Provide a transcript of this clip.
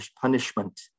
punishment